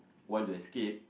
want to escape